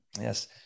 yes